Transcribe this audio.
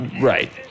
Right